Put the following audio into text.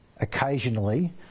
occasionally